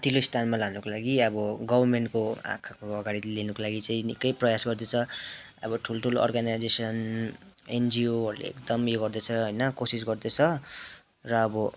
माथिल्लो स्थानमा लानुको लागि अब गभर्मेन्टको आँखाको अघाडि लिनुको लागि चाहिँ निक्कै प्रयास गर्दैछ अब ठुल्ठुलो अर्गनाइजेसन एनजिओहरूले एकदम उयो गर्दैछ होइन कोसिस गर्दैछ र अब